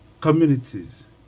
communities